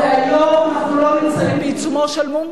הרי היום אנחנו לא נמצאים בעיצומו של משא-ומתן,